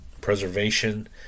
preservation